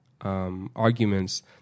Arguments